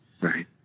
Right